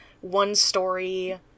one-story